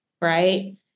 Right